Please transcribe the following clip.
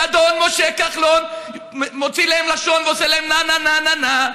ואדון משה כחלון מוציא להם לשון ועושה להם נה נה נה נה.